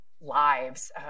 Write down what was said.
lives